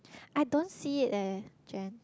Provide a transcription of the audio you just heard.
I don't see it eh Jen